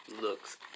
looks